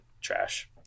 trash